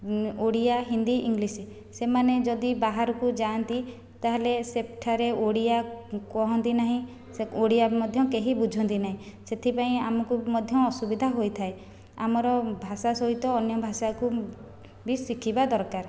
Odia Hindi English ସେମାନେ ଯଦି ବାହାରକୁ ଯାଆନ୍ତି ତା'ହେଲେ ସେଠାରେ ଓଡ଼ିଆ କୁହନ୍ତି ନାହିଁ ଓଡ଼ିଆ ମଧ୍ୟ କେହି ବୁଝନ୍ତି ନାହିଁ ସେଥିପାଇଁ ଆମକୁ ମଧ୍ୟ ଅସୁବିଧା ହୋଇଥାଏ ଆମର ଭାଷା ସହିତ ଅନ୍ୟ ଭାଷାକୁ ବି ଶିଖିବା ଦରକାର